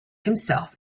himself